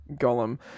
golem